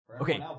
Okay